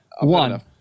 one